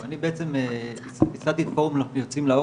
אני אחיקם אלירז,